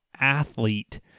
athlete